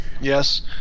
Yes